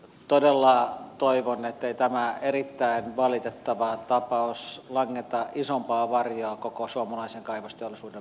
todella toivon ettei tämä erittäin valitettava tapaus langeta isompaa varjoa koko suomalaisen kaivosteollisuuden päälle